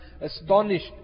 astonished